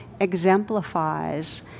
exemplifies